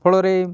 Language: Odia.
ଫଳରେ